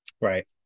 Right